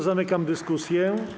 Zamykam dyskusję.